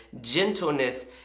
gentleness